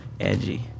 edgy